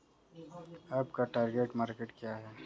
आपका target market क्या है?